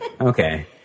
Okay